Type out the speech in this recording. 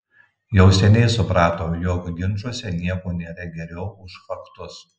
jau seniai suprato jog ginčuose nieko nėra geriau už faktus